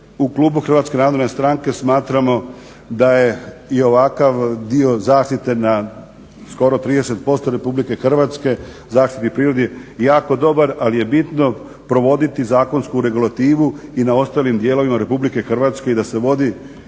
Republike Hrvatske u klubu HNS-a smatramo da je i ovakav dio zaštite na skoro 30% Republike Hrvatske zaštite prirode jako dobar, ali je bitno provoditi zakonsku regulativu i na ostalim dijelovima Republike Hrvatske i da se vodi